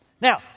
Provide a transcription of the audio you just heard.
Now